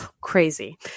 crazy